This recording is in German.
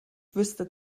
wüsste